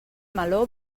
meló